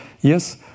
Yes